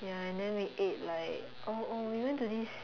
ya and than we ate like oh oh we went to this